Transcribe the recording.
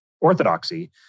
orthodoxy